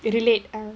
it relate I uh